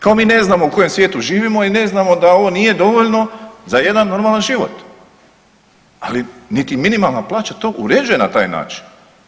Kao mi ne znamo u kojem svijetu živimo i ne znamo da ovo nije dovoljno za jedan normalan život, ali niti minimalna plaća to uređuje na taj način.